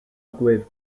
agaibh